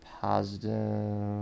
positive